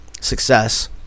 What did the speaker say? success